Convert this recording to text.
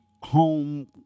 home